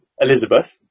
Elizabeth